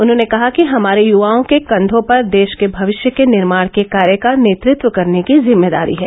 उन्होंने कहा कि हमारे युवाओं के कंघों पर देश के भविष्य के निर्माण के कार्य का नेतत्व करने की जिम्मेदारी है